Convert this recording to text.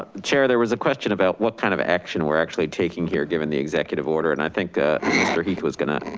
chair, there was a question about, what kind of action we're actually taking here given the executive order, and i think ah mr. heath was gonna